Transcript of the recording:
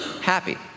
happy